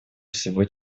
всего